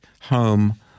home